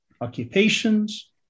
occupations